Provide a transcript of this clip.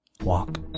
Walk